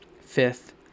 fifth